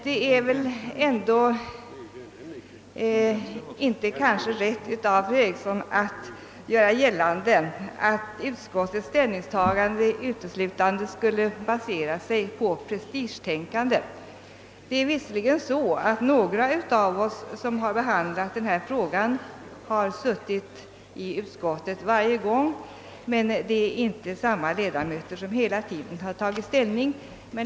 Kanske är det inte rätt av fru Eriksson i Stockholm att göra gällande, att utskottets ställningstagande uteslutande skulle basera sig på prestigetänkande. Några av oss har visserligen suttit med i utskottet och varit med om att behandla denna fråga varje gång den varit uppe, men det är dock inte samma ledamöter som hela tiden varit med om att ta ställning.